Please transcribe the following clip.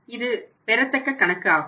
இது பெறத்தக்க கணக்கு ஆகும்